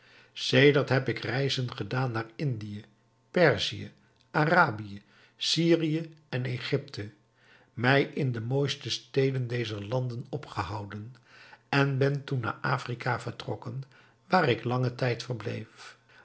sedert heb ik reizen gedaan naar indië perzië arabië syrië en egypte mij in de mooiste steden dezer landen opgehouden en ben toen naar afrika vertrokken waar ik langen tijd verbleef